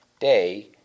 day